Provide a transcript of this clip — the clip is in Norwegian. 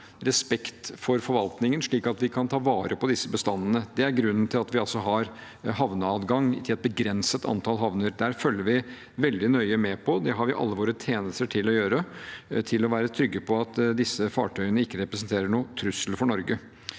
respekt for forvaltningen, slik at vi kan ta vare på disse bestandene. Det er grunnen til at vi har havneadgang i et begrenset antall havner. Vi følger veldig nøye med – det har vi alle våre tjenester til å gjøre – for å være trygge på at disse fartøyene ikke representerer noen trussel for Norge.